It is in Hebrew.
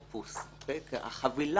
עכשיו יש החוק.